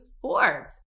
Forbes